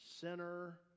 sinner